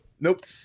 nope